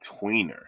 tweener